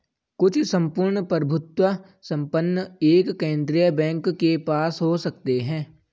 कुछ सम्पूर्ण प्रभुत्व संपन्न एक केंद्रीय बैंक के पास हो सकते हैं